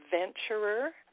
adventurer